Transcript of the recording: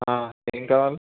ఏం కావాలి